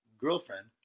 girlfriend